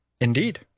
indeed